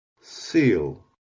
seal